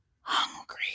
hungry